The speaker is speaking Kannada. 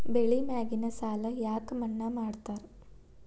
ಬೆಳಿ ಮ್ಯಾಗಿನ ಸಾಲ ಯಾಕ ಮನ್ನಾ ಮಾಡ್ತಾರ?